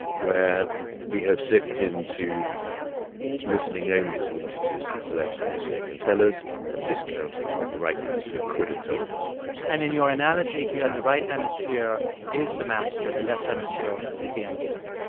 where we have slipped into listening only to what it is that the left hemisphere can tell us and discounting what the right hemisphere could have told us and in your analogy here, the right hemisphere is the master, the left hemisphere is the emissary